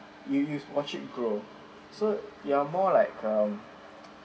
you you watch it grow so you are more like um